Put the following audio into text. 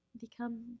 become